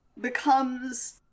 becomes